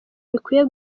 bikwiye